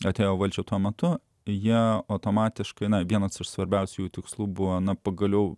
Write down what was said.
atėjo valdžia tuo metu jie automatiškai na vienas iš svarbiausiųjų tikslų buvo na pagaliau